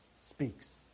speaks